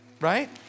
Right